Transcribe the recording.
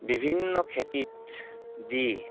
বিভিন্ন খেতিত দি